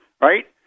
right